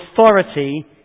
authority